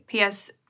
PS